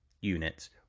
units